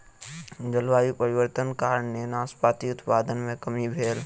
जलवायु परिवर्तनक कारणेँ नाशपाती उत्पादन मे कमी भेल